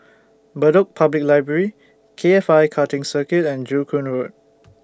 Bedok Public Library K F I Karting Circuit and Joo Koon Road